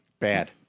Bad